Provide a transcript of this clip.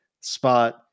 spot